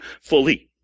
fully